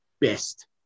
best